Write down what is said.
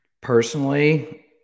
personally